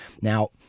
Now